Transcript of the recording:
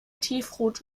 tiefrot